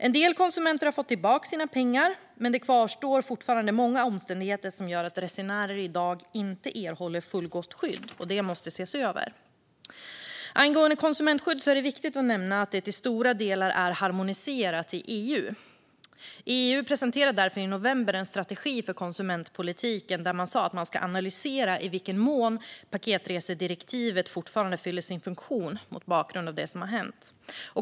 En del konsumenter har fått tillbaka sina pengar, men det kvarstår fortfarande många omständigheter som gör att resenärer i dag inte erhåller fullgott skydd. Det måste ses över. Angående konsumentskydd är det viktigt att nämna att det till stora delar är harmoniserat inom EU. EU presenterade därför i november en strategi för konsumentpolitiken där man sa att man ska analysera i vilken mån paketresedirektivet fortfarande fyller sin funktion, mot bakgrund av det som har hänt.